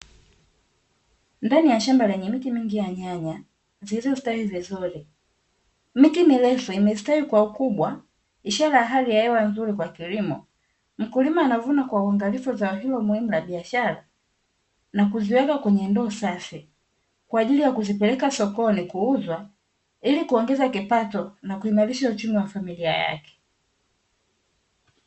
Ndani ya shamba lenye miti mingi ya nyanya zilizostawi vizuri, miti mirefu imestawi kwa ukubwa, ishara ya hali ya hewa nzuri kwa kilimo, mkulima anavuna kwa uangalifu zao hilo muhimu la biashara, na kuziweka kwenye ndoo safi kwa ajili ya kuzipeleka sokoni kuuzwa, ili kuongeza kipato na kuimarisha uchumi wa familia yake.